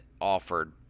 offered